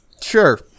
Sure